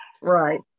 right